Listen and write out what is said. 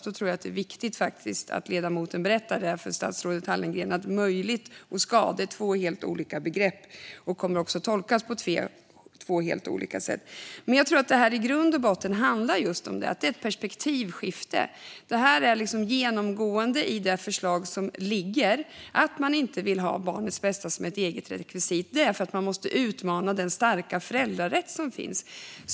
Då tror jag faktiskt att det är viktigt att ledamoten berättar för statsrådet Hallengren att "möjligt" och "ska" är två helt olika begrepp som också kommer att tolkas på två helt olika sätt. Jag tror att detta i grund och botten handlar om att det är just ett perspektivskifte. Det är liksom genomgående i det föreliggande förslaget att man inte vill ha barnets bästa som ett eget rekvisit, och det är för att man måste utmana den starka föräldrarätt som finns.